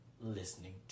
listening